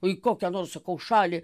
o į kokią nors sakau šalį